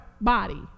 body